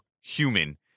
human